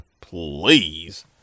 please